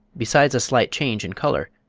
besides a slight change in colour,